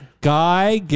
Guy